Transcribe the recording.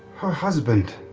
her husband